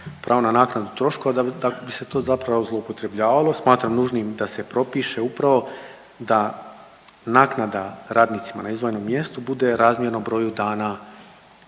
pravo na naknadu troškova, da bi se to zapravo zloupotrebljavalo. Smatram nužnim da se propiše upravo da naknada radnicima na izdvojenom mjestu bude razmjerno broju dana